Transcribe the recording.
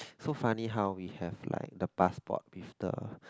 so funny how we have like the passport with the